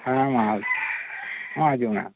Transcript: ᱦᱮᱸ ᱢᱟ ᱢᱟ ᱦᱤᱡᱩᱜ ᱢᱮ